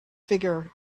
figure